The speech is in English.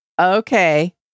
Okay